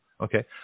Okay